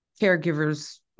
caregiver's